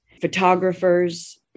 photographers